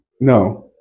No